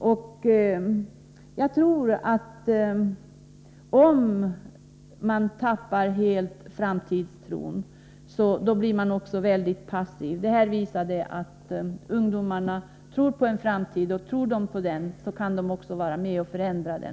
Om man helt tappar framtidstron, tror jag man blir mycket passiv. Men det här visade att ungdomarna tror på en framtid, och tror de på en framtid kan de också vara med och förändra den.